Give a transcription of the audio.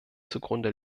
zugrunde